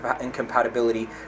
incompatibility